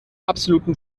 absoluten